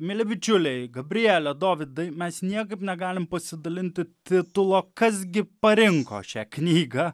mieli bičiuliai gabriele dovydai mes niekaip negalime pasidalinti titulo kas gi parinko šią knygą